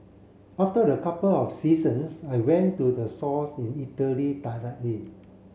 after a couple of seasons I went to the source in Italy directly